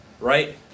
right